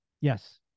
Yes